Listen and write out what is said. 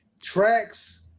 tracks